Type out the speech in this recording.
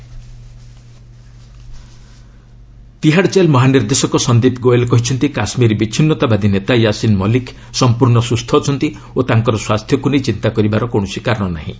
ୟାସିନ୍ ମଲିକ ତିହାଡ଼ କେଲ୍ ମହାନିର୍ଦ୍ଦେଶକ ସନ୍ଦୀପ ଗୋଏଲ୍ କହିଚ୍ଚନ୍ତି କାଶ୍ମୀର ବିଚ୍ଛିନ୍ନତାବାଦୀ ନେତା ୟାସିନ୍ ମଲିକ ସଂପୂର୍ଣ୍ଣ ସୁସ୍ଥ ଅଛନ୍ତି ଓ ତାଙ୍କର ସ୍ପାସ୍ଥ୍ୟକୁ ନେଇ ଚିନ୍ତାକରିବାର କୌଣସି କାରଣ ନାହିଁ